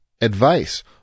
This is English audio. advice